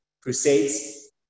Crusades